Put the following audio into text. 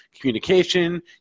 communication